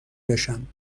بشم